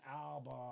album